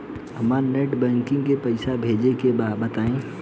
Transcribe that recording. हमरा net banking से पईसा भेजे के बा बताई?